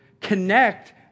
connect